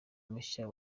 mushya